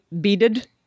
beaded